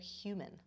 human